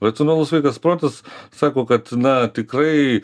racionalus sveikas protas sako kad na tikrai